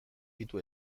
ditu